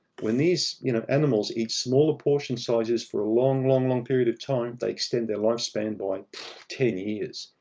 when these you know animals eat smaller portion sizes for a long, long long period of time, they extend their life spans by ten years.